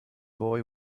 boy